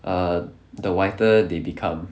err the whiter they become